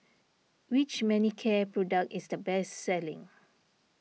which Manicare product is the best selling